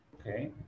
Okay